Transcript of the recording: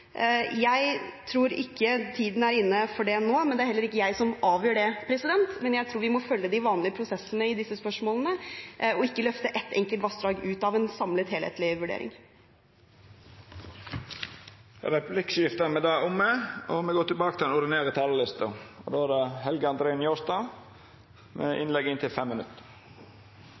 Jeg tror ikke tiden er inne for det nå. Det er heller ikke jeg som avgjør det, men jeg tror vi må følge de vanlige prosessene i disse spørsmålene og ikke løfte ett enkelt vassdrag ut av en samlet helhetlig vurdering. Replikkordskiftet er omme. Eg vil starta med å gratulera presidenten med jobben. Det er